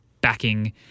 backing